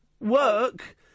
work